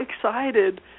excited